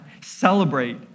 celebrate